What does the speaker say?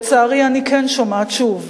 לצערי, אני כן שומעת שוב